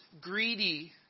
greedy